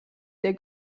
der